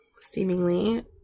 seemingly